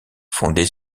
fondée